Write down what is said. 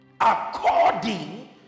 According